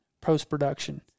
post-production